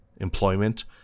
employment